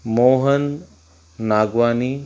Mohan Nagwani